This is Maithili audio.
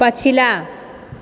पछिला